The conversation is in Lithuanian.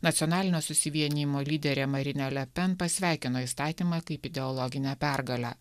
nacionalinio susivienijimo lyderė marinė le pen pasveikino įstatymą kaip ideologinę pergalę